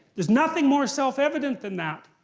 there's nothing more self-evident than that.